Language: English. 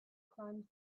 climbed